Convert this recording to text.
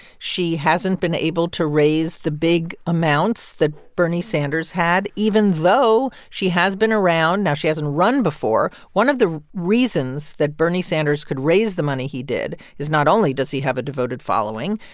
she hasn't been able to raise the big amounts that bernie sanders had, even though she has been around now, she hasn't run before. one of the reasons that bernie sanders could raise the money he did is not only does he have a devoted following,